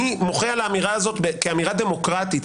אני מוחה על האמירה הזאת כאמירה דמוקרטית.